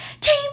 team